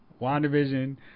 WandaVision